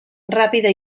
ràpida